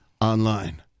online